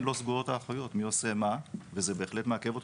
לא סגורות האחריויות מי עושה מה וזה בהחלט מעכב אותנו.